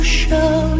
show